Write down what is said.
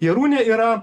jarūnė yra